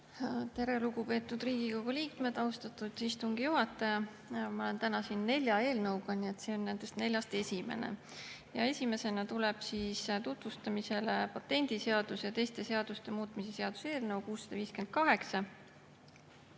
Tere, lugupeetud Riigikogu liikmed! Austatud istungi juhataja! Ma olen täna siin nelja eelnõuga, see on nendest neljast esimene. Esimesena tuleb tutvustamisele patendiseaduse ja teiste seaduste muutmise seaduse eelnõu 658.